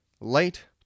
Light